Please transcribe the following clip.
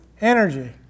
energy